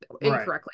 incorrectly